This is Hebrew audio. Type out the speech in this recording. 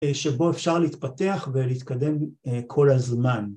‫שבו אפשר להתפתח ‫ולהתקדם כל הזמן.